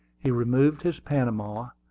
he removed his panama,